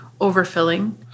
overfilling